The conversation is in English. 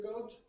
God